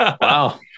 Wow